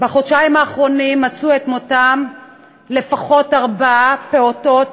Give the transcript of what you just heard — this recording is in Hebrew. בחודשיים האחרונים מצאו את מותם לפחות ארבעה פעוטות